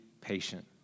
patient